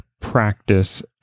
practice